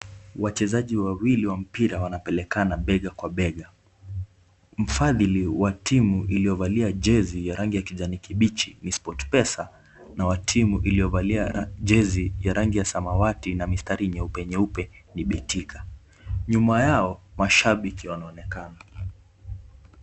Wachezaji wawili wa mpira wanapelekana bega kwa bega. Mfadhili wa timu iliyovalia jezi ya rangi ya kijani kibichi ni Sportpesa na wa timu iliyovalia jezi ya rangi ya samawati na mistari nyeupe nyeupe ni betika . Nyuma yao mashabiki wanaonekana.